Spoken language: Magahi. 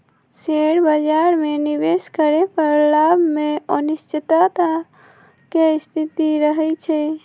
शेयर बाजार में निवेश करे पर लाभ में अनिश्चितता के स्थिति रहइ छइ